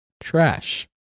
trash